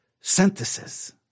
synthesis